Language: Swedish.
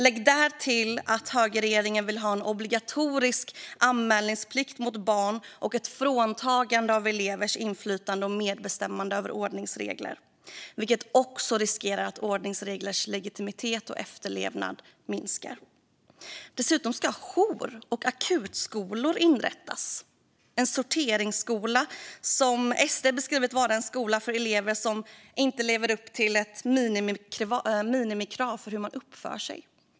Lägg därtill att högerregeringen vill ha en obligatorisk anmälningsplikt mot barn och ett fråntagande av elevernas inflytande och medbestämmande över ordningsregler, vilket också riskerar att ordningsreglers legitimitet och efterlevnad minskar. Dessutom ska jour och akutskolor inrättas - en sorteringsskola som SD beskrivit ska vara en skola för elever som inte lever upp till "ett minimikrav för hur man uppför sig".